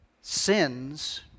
sins